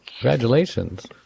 Congratulations